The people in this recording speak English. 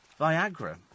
Viagra